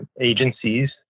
agencies